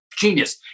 genius